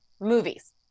movies